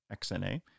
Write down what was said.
XNA